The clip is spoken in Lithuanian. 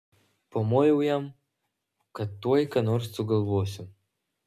pamojau jam kad tuoj ką nors sugalvosiu